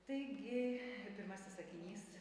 taigi pirmasis sakinys